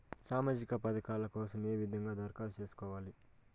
సామాజిక పథకాల కోసం ఏ విధంగా దరఖాస్తు సేసుకోవాలి